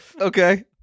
Okay